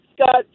Scott